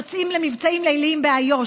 יוצאים למבצעים ליליים באיו"ש,